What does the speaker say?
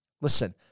Listen